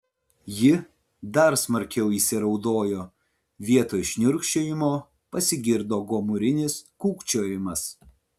ji dar smarkiau įsiraudojo vietoj šniurkščiojimo pasigirdo gomurinis kūkčiojimas